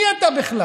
מי אתה בכלל?